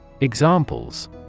Examples